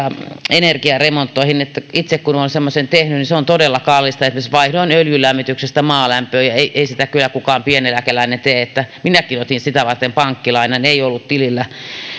energiaremontteihin itse olen semmoisen tehnyt ja se on todella kallista esimerkiksi vaihdoin öljylämmityksestä maalämpöön ja ei ei sitä kyllä kukaan pieneläkeläinen tee minäkin otin sitä varten pankkilainan ei ollut tilillä